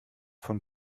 von